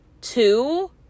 two